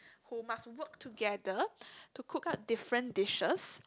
who must work together to cook up different dishes